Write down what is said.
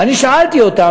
ואני שאלתי אותם,